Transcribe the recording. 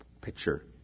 picture